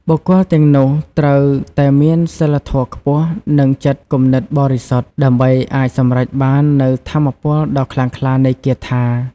បុគ្គលទាំងនោះត្រូវតែមានសីលធម៌ខ្ពស់ និងចិត្តគំនិតបរិសុទ្ធ ដើម្បីអាចសម្រេចបាននូវថាមពលដ៏ខ្លាំងក្លានៃគាថា។